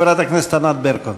חברת הכנסת ענת ברקו.